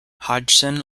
hodgson